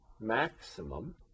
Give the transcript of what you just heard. maximum